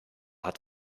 hat